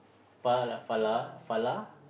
Falah Falah Falah